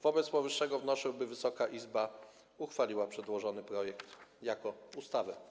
Wobec powyższego wnoszę, by Wysoka Izba uchwaliła przedłożony projekt ustawy.